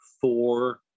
Four